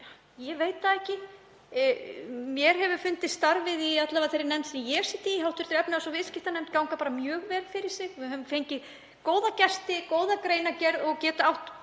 Ég veit það ekki. Mér hefur fundist starfið, alla vega í þeirri nefnd sem ég sit í, hv. efnahags- og viðskiptanefnd, ganga mjög vel fyrir sig. Við höfum fengið góða gesti, góða greinargerð og